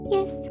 Yes